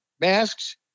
masks